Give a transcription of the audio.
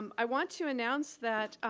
um i want to announce that